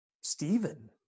Stephen